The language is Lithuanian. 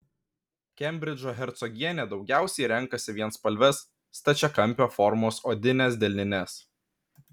kembridžo hercogienė daugiausiai renkasi vienspalves stačiakampio formos odines delnines